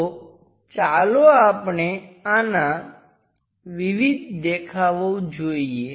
તો ચાલો આપણે આના વિવિધ દેખાવો જોઈએ